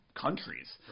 countries